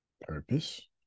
Purpose